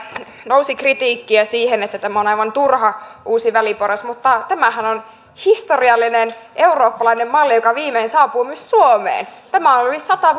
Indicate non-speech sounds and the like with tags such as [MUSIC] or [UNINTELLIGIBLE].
nousi sitä kritiikkiä että tämä on aivan turha uusi väliporras tämähän on historiallinen eurooppalainen malli joka viimein saapuu myös suomeen tämä on ollut yli sata [UNINTELLIGIBLE]